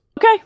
okay